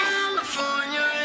California